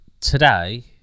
today